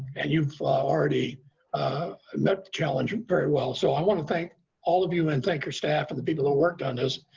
and you've already met the challenge and very well. so i want to thank all of you and thank your staff and the people who worked on this.